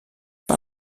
par